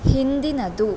ಹಿಂದಿನದು